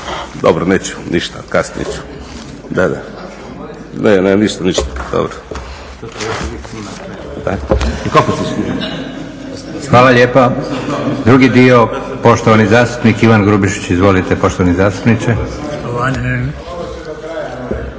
Dobro, neću ništa. Kasnije ću. **Leko, Josip (SDP)** Hvala lijepa. Drugi dio poštovani zastupnik Ivan Grubišić. Izvolite poštovani zastupniče.